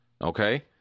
Okay